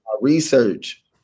research